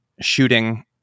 shooting